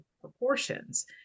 proportions